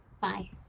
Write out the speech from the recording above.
Bye